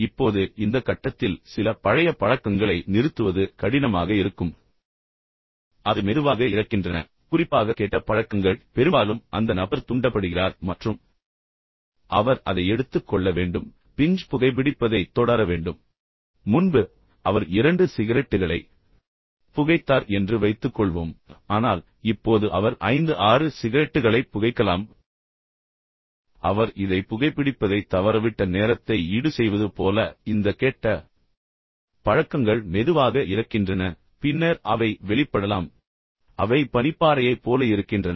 இப்போது இந்த கட்டத்தில் சில பழைய பழக்கங்களை நிறுத்துவது கடினமாக இருக்கும் அது மெதுவாக இறக்கின்றன குறிப்பாக கெட்ட பழக்கங்கள் பெரும்பாலும் அந்த நபர் தூண்டப்படுகிறார் மற்றும் பின்னர் அவர் அதை எடுத்துக் கொள்ள வேண்டும் பின்னர் பிஞ்ச் புகைபிடிப்பதைத் தொடர வேண்டும் எனவே முன்பு அவர் இரண்டு சிகரெட்டுகளை புகைத்தார் என்று வைத்துக்கொள்வோம் ஆனால் இப்போது அவர் ஐந்து ஆறு சிகரெட்டுகளை புகைக்கலாம் அவர் இதை புகைபிடிப்பதை தவறவிட்ட நேரத்தை ஈடுசெய்வது போல எனவே இந்த கெட்ட பழக்கங்கள் குறிப்பாக அவை மெதுவாக இறக்கின்றன பின்னர் அவை வெளிப்படலாம் பின்னர் அவை சிறிது நேரம் பனிப்பாறையைப் போல இருக்கின்றன